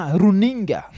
runinga